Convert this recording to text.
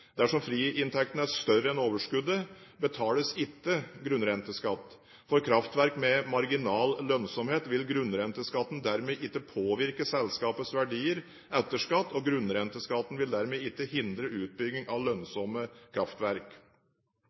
Dersom friinntekten er større enn overskuddet, betales det ikke grunnrenteskatt. For kraftverk med marginal lønnsomhet vil grunnrenteskatten dermed ikke påvirke selskapets verdier etter skatt, og grunnrenteskatten vil dermed ikke hindre utbygging av lønnsomme kraftverk.